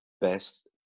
best